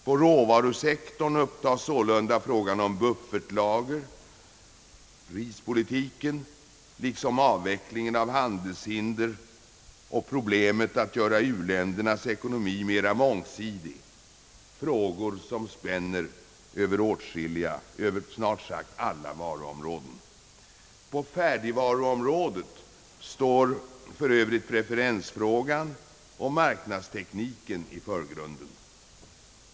På råvarusektorn upptas sålunda frågorna om buffertlager, prispolitiken, avvecklingen av handelshinder och problemet att göra u-ländernas ekonomi mera mångsidig — frågor som spänner över snart sagt alla varuområden. På färdigvaruområdet står för övrigt preferensfrågan och marknadstekniken i förgrunden.